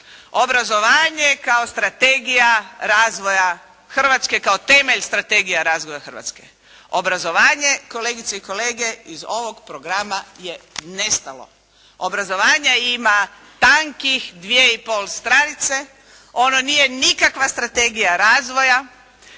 obrazovanje kao strategija razvoja Hrvatske, kao temelj strategija razvoja Hrvatske. Obrazovanje, kolegice i kolege, iz ovog programa je nestalo. Obrazovanja ima tankih dvije i pol stranice, ono nije nikakva strategija razvoja,